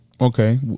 Okay